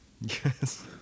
Yes